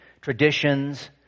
traditions